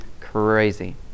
crazy